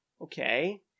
Okay